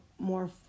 more